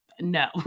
No